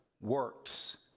works